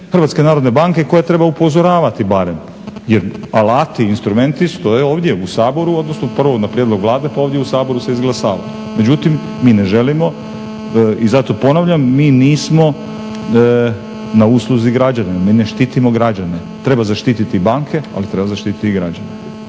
Hrvatske narodne banke koja treba upozoravati barem jer alati, instrumenti stoje ovdje u Saboru, odnosno prije na prijedlog Vladi pa onda ovdje u Saboru se izglasava. Međutim, mi ne želimo, i zato ponavljam, mi nismo na usluzi građanima, mi ne štitimo građane. Treba zaštititi banke ali treba zaštititi i građane.